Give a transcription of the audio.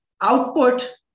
output